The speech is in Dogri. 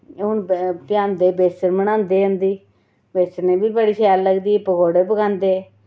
हुन ब भयांदे बेसन बनांदे उं'दी बेसन बी बड़ी शैल लगदी पकौड़े पकांदे